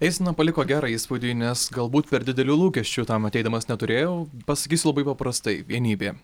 eisena paliko gerą įspūdį nes galbūt per didelių lūkesčių tam ateidamas neturėjau pasakysiu labai paprastai vienybė